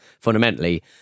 fundamentally